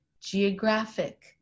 geographic